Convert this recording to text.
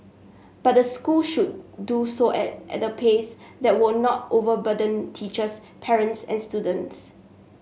but the school should do so at at a pace that would not overly burden teachers parents and students